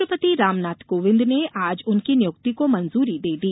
राष्ट्रपति रामनाथ कोविंद ने आज उनकी नियुक्ति को मंजूरी दे दी